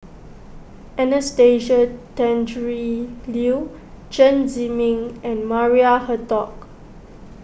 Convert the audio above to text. Anastasia Tjendri Liew Chen Zhiming and Maria Hertogh